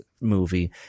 movie